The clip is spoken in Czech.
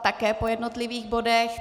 Také po jednotlivých bodech.